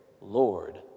Lord